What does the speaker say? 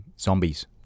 Zombies